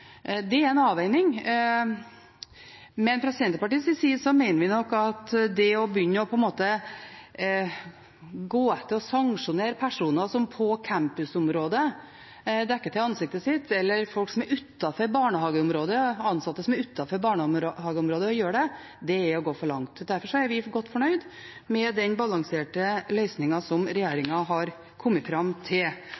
Det er en avveining. Men fra Senterpartiets side mener vi nok at å begynne å gå etter og sanksjonere personer som dekker til ansiktet sitt på campusområdet, eller ansatte som gjør det utenfor barnehageområdet, det er å gå for langt. Derfor er vi godt fornøyd med den balanserte løsningen regjeringen har kommet fram til, og mener at det kan være en løsning som